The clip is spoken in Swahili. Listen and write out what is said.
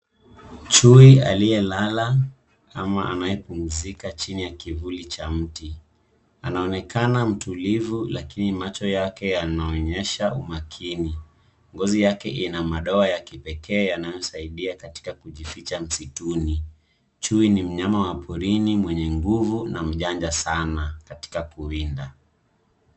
Chui aliyelala ama anayepumzika ka chini ya kivuli cha mti. Anaonekana mtulivu lakini macho yake yanaonyesha umakini. Ngozi yake ina madoa ya kipekee yanayosaidia katika kujificha katika msituni. Chui ni mnyama wa porini mwenye nguvu na mjanja sana katika kuwinda.